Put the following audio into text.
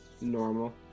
normal